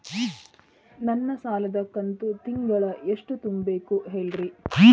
ನನ್ನ ಸಾಲದ ಕಂತು ತಿಂಗಳ ಎಷ್ಟ ತುಂಬಬೇಕು ಹೇಳ್ರಿ?